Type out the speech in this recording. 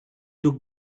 took